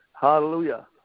Hallelujah